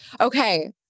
Okay